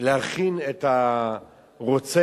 להכין את הרוצח